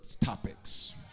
topics